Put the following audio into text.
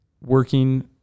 working